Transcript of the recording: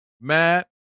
Matt